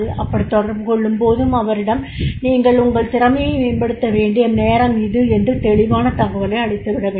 அப்படித் தொடர்பு கொள்ளும்போதும் அவரிடம் நீங்கள் உங்கள் திறனை மேம்படுத்த வேண்டிய நேரம் இது என்று தெளிவான தகவலை அளித்துவிடவேண்டும்